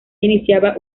iniciaba